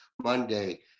Monday